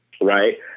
right